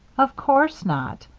of course not,